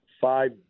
five